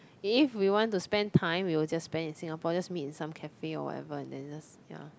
if we want to spend time we will just spend in Singapore just meet in some cafe or whatever and then just ya